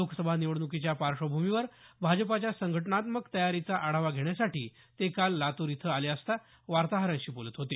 लोकसभा निवडणुकीच्या पार्श्वभूमीवर भाजपाच्या संघटनात्मक तयारीचा आढावा घेण्यासाठी ते काल लातूर इथं आले असता वार्ताहरांशी बोलत होते